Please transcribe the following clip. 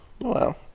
Wow